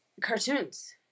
cartoons